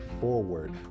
forward